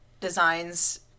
designs